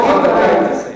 בתוך הדקה היא תסיים.